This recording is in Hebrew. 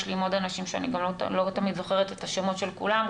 יש לי עם עוד אנשים שאני גם לא תמיד זוכרת את השמות של כולם,